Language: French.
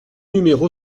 numéro